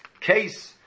case